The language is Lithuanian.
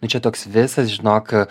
nu čia toks visas žinok